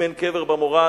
אם אין קבר במורד.